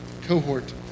cohort